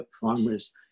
farmers